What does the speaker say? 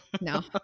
no